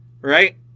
Right